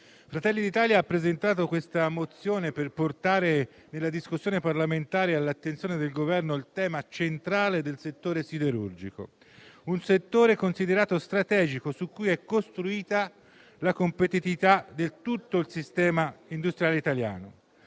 Fratelli d'Italia ha presentato questa mozione per portare nella discussione parlamentare e all'attenzione del Governo il tema centrale del settore siderurgico, che è considerato strategico e su cui è costruita la competitività di tutto il sistema industriale italiano.